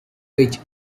which